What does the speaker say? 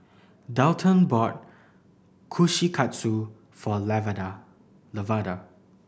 Dalton bought Kushikatsu for Lavada Lavada